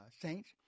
saints